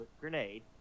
grenade